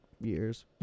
years